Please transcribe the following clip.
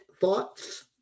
Thoughts